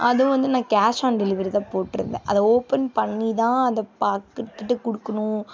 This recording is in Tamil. அது வந்து நான் கேஷ் ஆன் டெலிவரி தான் போட்டுருந்தேன் அதை ஓப்பன் பண்ணி தான் அதை பார்த்துட்டுட்டு குடுக்கணும்